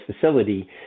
facility